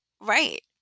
Right